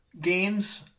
games